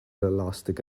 elastic